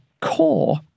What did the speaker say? core